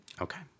Okay